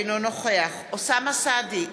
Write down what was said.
אינו נוכח אוסאמה סעדי,